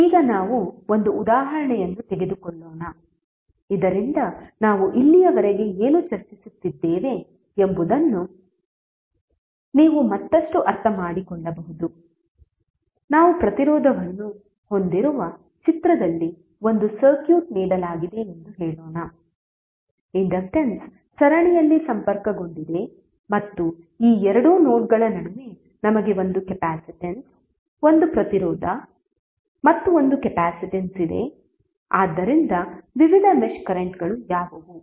ಈಗ ನಾವು ಒಂದು ಉದಾಹರಣೆಯನ್ನು ತೆಗೆದುಕೊಳ್ಳೋಣ ಇದರಿಂದ ನಾವು ಇಲ್ಲಿಯವರೆಗೆ ಏನು ಚರ್ಚಿಸುತ್ತಿದ್ದೇವೆ ಎಂಬುದನ್ನು ನೀವು ಮತ್ತಷ್ಟು ಅರ್ಥಮಾಡಿಕೊಳ್ಳಬಹುದು ನಾವು ಪ್ರತಿರೋಧವನ್ನು ಹೊಂದಿರುವ ಚಿತ್ರದಲ್ಲಿ ಒಂದು ಸರ್ಕ್ಯೂಟ್ ನೀಡಲಾಗಿದೆ ಎಂದು ಹೇಳೋಣ ಇಂಡಕ್ಟನ್ಸ್ ಸರಣಿಯಲ್ಲಿ ಸಂಪರ್ಕಗೊಂಡಿದೆ ಮತ್ತು ಈ ಎರಡು ನೋಡ್ಗಳ ನಡುವೆ ನಮಗೆ ಒಂದು ಕೆಪಾಸಿಟನ್ಸ್ ಒಂದು ಪ್ರತಿರೋಧ ಮತ್ತು ಒಂದು ಕೆಪಾಸಿಟನ್ಸ್ ಇದೆ ಆದ್ದರಿಂದ ವಿವಿಧ ಮೆಶ್ ಕರೆಂಟ್ಗಳು ಯಾವುವು